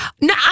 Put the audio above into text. No